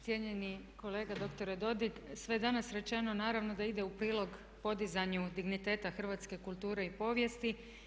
Cijenjeni kolega dr. Dodig sve danas rečeno naravno da ide u prilog podizanju digniteta hrvatske kulture i povijesti.